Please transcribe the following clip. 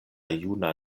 juna